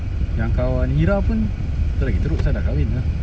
yang kawan nira pun itu lagi teruk sia dah kahwin sudah